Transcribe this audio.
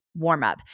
warmup